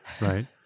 right